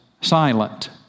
silent